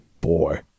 Boy